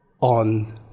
on